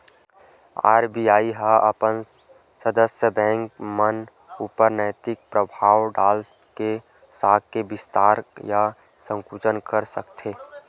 RBI ह अपन सदस्य बेंक मन ऊपर नैतिक परभाव डाल के साख के बिस्तार या संकुचन कर सकथे